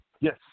Yes